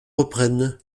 reprennent